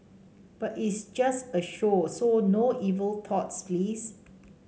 but it's just a show so no evil thoughts please